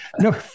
No